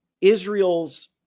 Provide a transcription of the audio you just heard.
Israel's